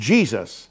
Jesus